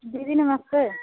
दीदी नमस्ते